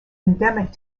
endemic